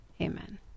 Amen